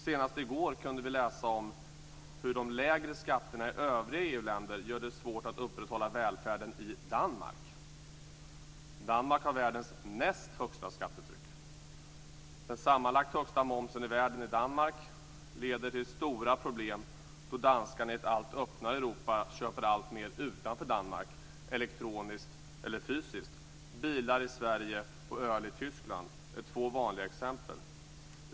Senast i går kunde vi läsa om hur de lägre skatterna i övriga EU-länder gör det svårt att upprätthålla välfärden i Danmark. Danmark har världens näst högsta skattetryck. Den sammanlagt högsta momsen i världen som finns i Danmark leder till stora problem då danskarna i ett allt öppnare Europa köper alltmer utanför Danmark, elektroniskt eller fysiskt. De köper bilar i Sverige och öl i Tyskland. Det är två vanliga exempel.